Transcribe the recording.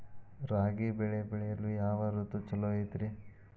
ರಾಗಿ ಬೆಳೆ ಬೆಳೆಯಲು ಯಾವ ಋತು ಛಲೋ ಐತ್ರಿ?